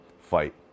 fight